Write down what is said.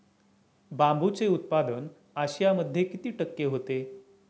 बांबूचे उत्पादन आशियामध्ये किती टक्के होते?